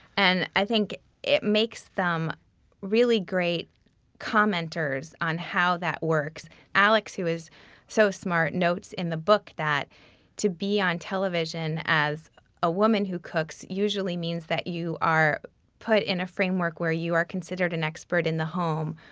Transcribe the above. and i think it makes them really great commenters on how that works alex, who is so smart, notes in the book that to be on television as a woman who cooks usually means that you are put in a framework where you are considered an expert in the home.